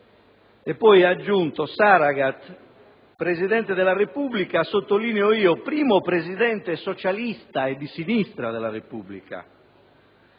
Poi ha aggiunto: Saragat, Presidente della Repubblica e, sottolineo io, primo Presidente socialista e di sinistra della Repubblica.